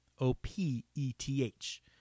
O-P-E-T-H